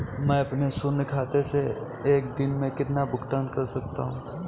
मैं अपने शून्य खाते से एक दिन में कितना भुगतान कर सकता हूँ?